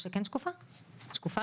או שכן שקופה לציבור?